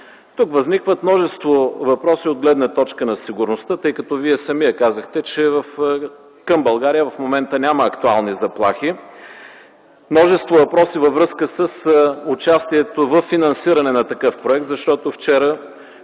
Тук възникват множество въпроси от гледна точка на сигурността, тъй като Вие самият казахте, че към България в момента няма актуални заплахи. Възникват множество въпроси във връзка с участието във финансиране на такъв проект. Защото вчера